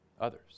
others